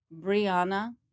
Brianna